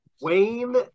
Wayne